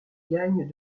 gagne